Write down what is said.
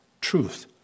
truth